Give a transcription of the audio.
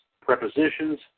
prepositions